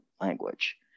language